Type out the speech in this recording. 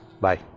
Bye